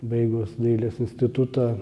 baigus dailės institutą